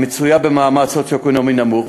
המצויה במעמד סוציו-אקונומי נמוך,